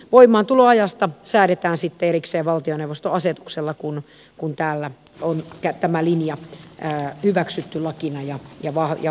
voimaantuloajasta säädetään sitten erikseen valtioneuvoston asetuksella kun täällä on tämä linja hyväksytty lakina ja vahvistettu